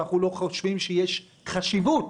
חשוב,